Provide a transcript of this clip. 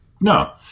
no